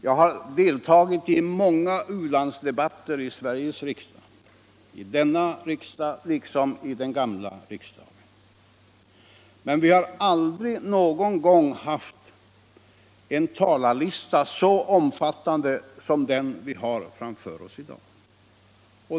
Jag har deltagit i många u-landsdebatter i Sveriges riksdag - i denna riksdag liksom i den gamla riksdagen - men vi har inte någon gång haft en talarlista som varit så omfattande som den vi har framför oss i dag.